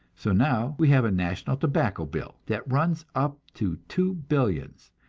so now we have a national tobacco bill that runs up to two billions,